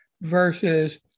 versus